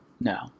no